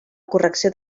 correcció